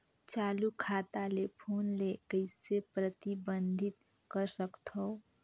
चालू खाता ले फोन ले कइसे प्रतिबंधित कर सकथव?